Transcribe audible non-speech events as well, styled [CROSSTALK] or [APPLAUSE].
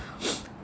[BREATH]